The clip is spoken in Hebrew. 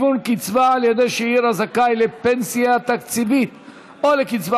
היוון קצבה על ידי שאיר הזכאי לפנסיה תקציבית או לקצבה